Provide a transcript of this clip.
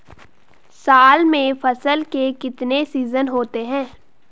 साल में फसल के कितने सीजन होते हैं?